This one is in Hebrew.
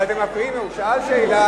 אבל אתם מפריעים לו, הוא שאל שאלה.